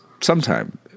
sometime